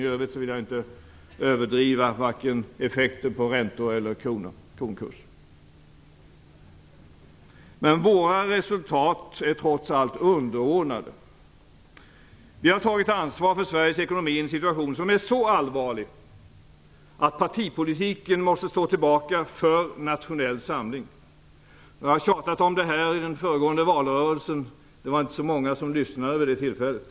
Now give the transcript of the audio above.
I övrigt vill jag inte överdriva vare sig effekten på räntor eller på kronkurs. Men våra resultat är trots allt underordnade. Vi har tagit ansvar för Sveriges ekonomi i en situation som är så allvarlig att partipolitiken måste stå tillbaka för nationell samling. Jag har tjatat om det här i den föregående valrörelsen, men det var inte så många som lyssnade vid det tillfället.